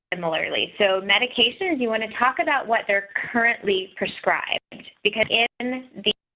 similarly. so, medications you want to talk about what they're currently prescribed because in the